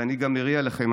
ואני גם מריע לכם,